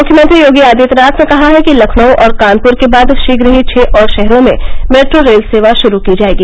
मुख्यमंत्री योगी आदित्यनाथ ने कहा है कि लखनऊ और कानपुर के बाद शीघ्र ही छ और शहरों में मेट्रो रेल सेवा शुरू की जायेगी